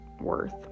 worth